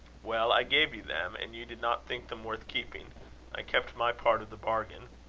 well, i gave you them, and you did not think them worth keeping. i kept my part of the bargain.